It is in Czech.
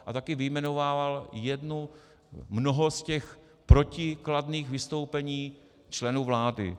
A taky vyjmenovával mnoho z těch protikladných vystoupení členů vlády.